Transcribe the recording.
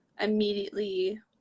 immediately